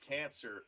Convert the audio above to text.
cancer